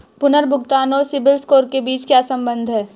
पुनर्भुगतान और CIBIL score के बीच क्या संबंध है?